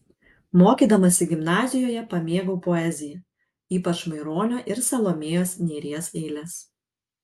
mokydamasi gimnazijoje pamėgau poeziją ypač maironio ir salomėjos nėries eiles